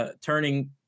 turning